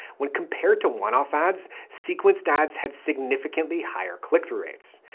when compared to one off ads, sequenced ads had significantly higher click through rates.